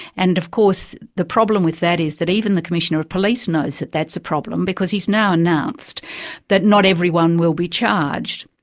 and of course the problem with that is that even the commissioner of police knows that that's a problem because he's now announced that not everyone will be charged.